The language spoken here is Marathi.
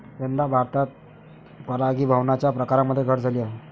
यंदा भारतात परागीभवनाच्या प्रकारांमध्ये घट झाली आहे